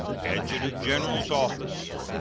adjutant-general's office,